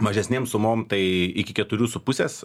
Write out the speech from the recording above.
mažesnėm sumom tai iki keturių su pusės